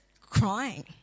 crying